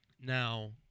Now